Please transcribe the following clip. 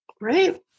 Right